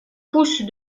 pousse